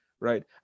right